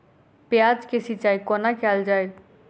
प्याज केँ सिचाई कोना कैल जाए?